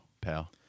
pal